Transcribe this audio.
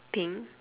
pink